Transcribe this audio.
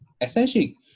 essentially